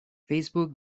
facebook